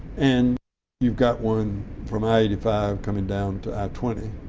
and you've got one from i eighty five coming down to i twenty.